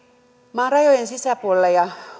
maan rajojen sisäpuolelta ja